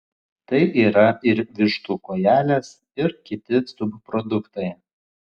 tai yra ir vištų kojelės ir kiti subproduktai